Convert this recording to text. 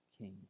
king